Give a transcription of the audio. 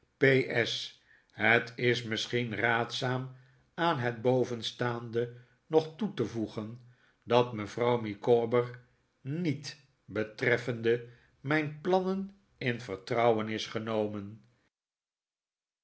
s het is misschien raadzaam aan het bovenstaande nog toe te voegen dat mevrouw micawber niet betreffende mijn plannen in vertrouwen is genomen